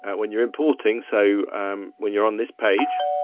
when you're importing, so um when you're on this page.